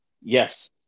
yes